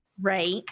right